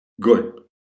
Good